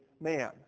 man